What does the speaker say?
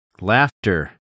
laughter